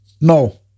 No